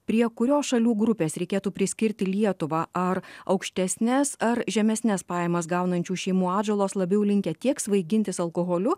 prie kurios šalių grupės reikėtų priskirti lietuvą ar aukštesnes ar žemesnes pajamas gaunančių šeimų atžalos labiau linkę tiek svaigintis alkoholiu